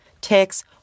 ticks